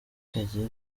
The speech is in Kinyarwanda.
kagere